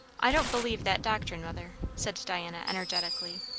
i don't believe that doctrine, mother, said diana energetically.